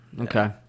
Okay